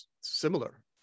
similar